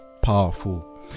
powerful